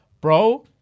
bro